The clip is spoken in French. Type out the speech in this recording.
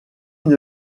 une